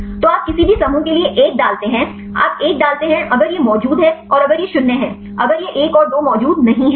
तो आप किसी भी समूह के लिए 1 डालते हैं आप 1 डालते हैं अगर यह मौजूद है और अगर यह 0 है अगर यह 1 और 2 मौजूद नहीं है